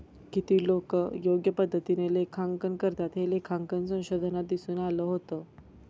किती लोकं योग्य पद्धतीने लेखांकन करतात, हे लेखांकन संशोधनात दिसून आलं होतं